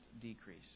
decrease